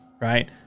right